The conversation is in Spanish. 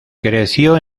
creció